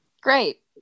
Great